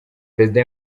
perezida